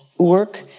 work